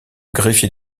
greffier